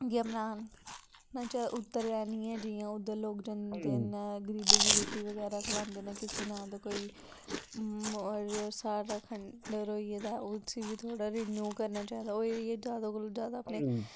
उत्तरवैह्नी ऐ जि'यां उद्धर लोग जंदे न गरीबें गी रूट्टी बगैरा खलांदे न किसे नांऽ दा कोई होर सारा खंड्हर होई गेदा उस्सी बी थोह्ड़ा रिन्यू करना चाहिदा ओह् इ'यै जैदा कोलूं जैदा अपने